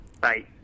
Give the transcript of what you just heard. Bye